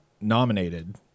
nominated